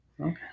Okay